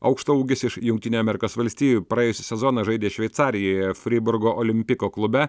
aukštaūgis iš jungtinių amerikos valstijų praėjusį sezoną žaidė šveicarijoje friburgo olimpiko klube